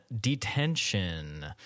Detention